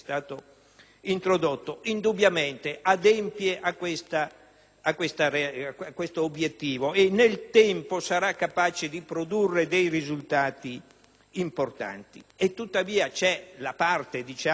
introdotto, indubbiamente adempie a questo obiettivo e nel tempo sarà capace di produrre dei risultati importanti. Tuttavia, anch'io devo